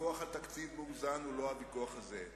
הוויכוח על תקציב מאוזן הוא לא הוויכוח הזה.